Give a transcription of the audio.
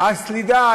הסלידה,